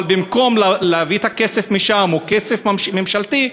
אבל במקום להביא את הכסף משם או כסף ממשלתי,